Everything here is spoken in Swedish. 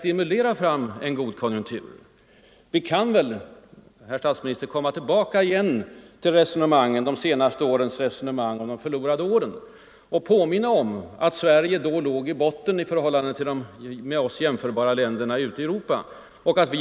Och därmed, herr statsminister, är vi tillbaka igen vid de senaste årens resonemang om ”de förlorade åren”. Sverige låg då i botten i förhållande till de med oss jämförbara länderna ute i Europa.